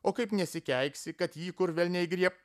o kaip nesikeiksi kad jį kur velniai grieb